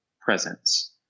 presence